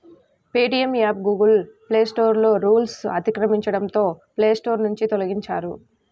Paytm app Google Play Store రూల్స్ను అతిక్రమించడంతో Play Store నుంచి తొలగించారు